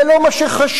זה לא מה שחשוב,